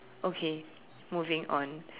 okay moving on